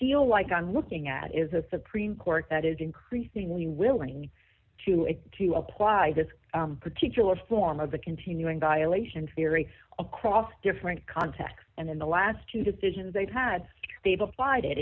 feel like i'm looking at is a supreme court that is increasingly willing to it to apply this particular form of a continuing violation ferry across different contexts and in the last two decisions they've had they've applied it